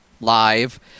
live